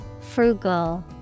Frugal